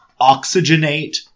Oxygenate